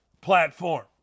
platform